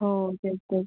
हो तेच तेच